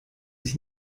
sich